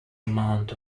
amount